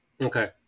okay